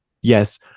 yes